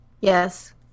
Yes